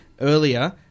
earlier